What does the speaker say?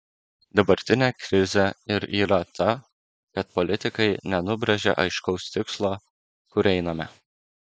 dabartinė krizė ir yra ta kad politikai nenubrėžia aiškaus tikslo kur einame